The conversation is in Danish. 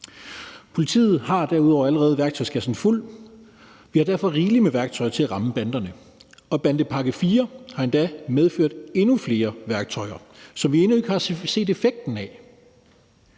Politiet har derudover allerede værktøjskassen fuld. Vi har derfor rigeligt med værktøj til at ramme banderne, og bandepakke IV har endda medført endnu flere værktøjer, som vi endnu ikke har set effekten af.